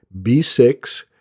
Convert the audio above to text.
B6